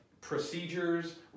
procedures